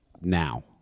now